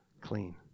clean